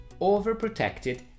overprotected